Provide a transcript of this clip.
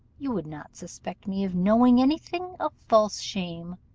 you would not suspect me of knowing any thing of false shame,